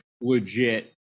legit